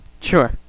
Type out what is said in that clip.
sure